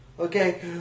Okay